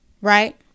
Right